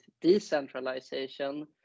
decentralization